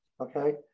Okay